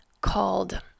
called